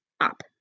up